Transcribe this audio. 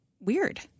weird